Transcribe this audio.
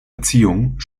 erziehung